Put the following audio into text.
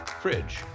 Fridge